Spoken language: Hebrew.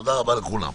תודה רבה לכולם.